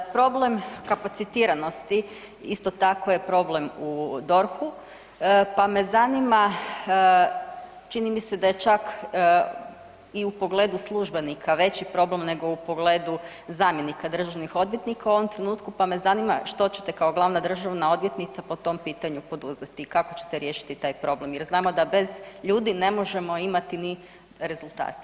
Problem kapacitiranosti isto tako je problem u DORH-u pa me zanima, čini mi se da je čak i u pogledu službenika veći problem nego u pogledu zamjenika državnih odvjetnika u ovom trenutku, pa me zanima, što ćete kao glavna državna odvjetnica po tom pitanju poduzeti i kako ćete riješiti taj problem jer znamo da bez ljudi ne možemo imati ni rezultate.